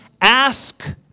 ask